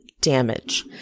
damage